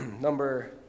Number